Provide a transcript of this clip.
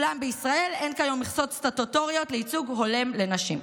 בישראל אין כיום מכסות סטטוטוריות לייצוג הולם לנשים.